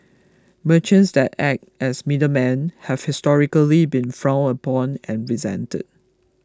merchants that act as middlemen have historically been frowned upon and resented